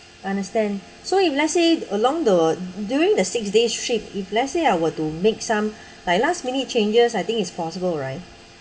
understand so if let's say along the during the six days trip if let's say I were to make some like last minute changes I think it's possible right